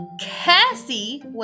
Cassie